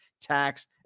tax